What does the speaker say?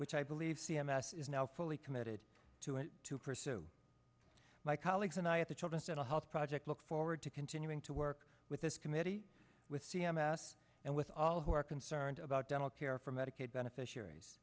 which i believe c m s is now fully committed to it to pursue my colleagues and i at the children's dental health project look forward to continuing to work with this committee with c m s and with all who are concerned about dental care for medicaid beneficiaries